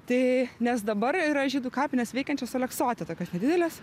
tai nes dabar yra žydų kapinės veikiančios aleksote tokios nedidelės